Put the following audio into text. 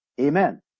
Amen